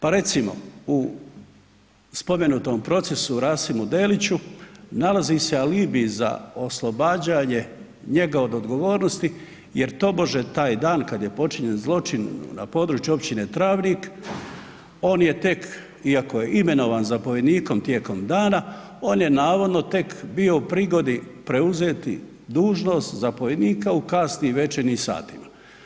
Pa recimo u spomenutom procesu Rasimu Deliću nalazi se alibi za oslobađanje njega od odgovornosti jer tobože taj dan kada je počinjen zločin na području općine Travnik on je tek iako je imenovan zapovjednikom tijekom dana on je navodno tek bio u prigodi preuzeti dužnost zapovjednika u kasnim večernjim satima.